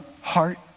heart